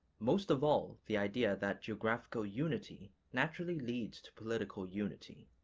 most of all the idea that geographical unity naturally leads to political unity.